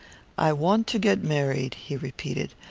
i want to get married, he repeated.